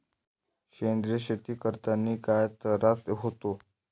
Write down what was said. सेंद्रिय शेती करतांनी काय तरास होते?